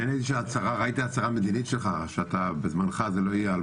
רציתי הצהרה מדינית שלך, שבזמנך זה לא יהיה.